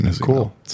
cool